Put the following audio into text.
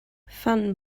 fan